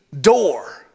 door